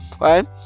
right